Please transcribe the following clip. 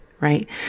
right